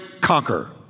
conquer